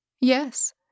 yes